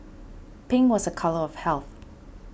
pink was a colour of health